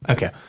Okay